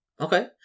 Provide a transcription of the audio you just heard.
Okay